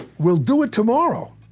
we'll do it tomorrow.